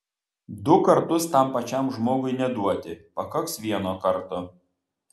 du kartus tam pačiam žmogui neduoti pakaks vieno karto